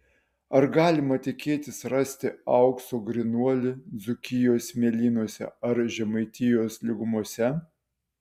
ar galima tikėtis rasti aukso grynuolį dzūkijos smėlynuose ar žemaitijos lygumose